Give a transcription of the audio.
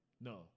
No